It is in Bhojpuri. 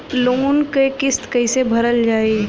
लोन क किस्त कैसे भरल जाए?